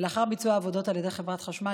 לאחר ביצוע העבודות על ידי חברת החשמל